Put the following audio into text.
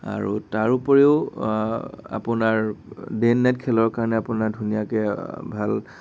আৰু তাৰোপৰিও আপোনাৰ ডে এণ্ড নাইট খেলৰ কাৰণে আপোনাৰ ধুনীয়াকে ভাল